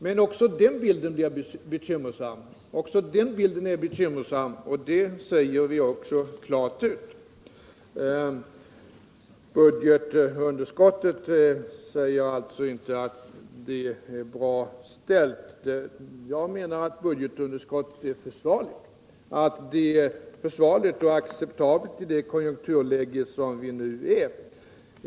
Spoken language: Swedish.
Men också den bilden inger bekymmer, och det säger vi också klart ut. Budgetunderskottet säger alltså inte att allt är bra ställt. Men jag menar att budgetunderskottet är försvarligt och acceptabelt i det konjunkturläge som vi nu befinner oss i.